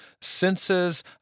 senses